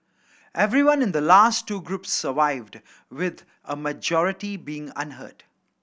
everyone in the last two groups survived with a majority being unhurt